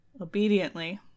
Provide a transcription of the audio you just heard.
Obediently